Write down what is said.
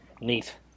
Neat